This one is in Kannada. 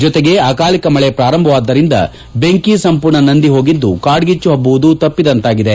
ಜೊತೆಗೆ ಅಕಾಲಿಕ ಮಳೆ ಪ್ರಾರಂಭವಾದ್ದರಿಂದ ಬೆಂಕಿ ಸಂಪೂರ್ಣ ನಂದಿ ಹೋಗಿದ್ದು ಕಾಡ್ಗಿಚ್ಚು ಹಬ್ಬುವುದು ತಪ್ಪಿದಂತಾಗಿದೆ